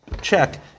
check